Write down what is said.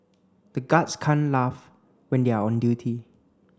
the guards can't laugh when they are on duty